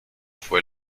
fue